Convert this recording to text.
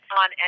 on